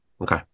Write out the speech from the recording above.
Okay